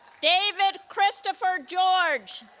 david christopher george